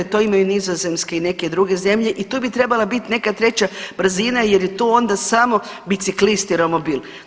To imaju Nizozemska i neke druge zemlje i tu bi trebala biti neka treća brzina jer je tu onda samo biciklist i romobil.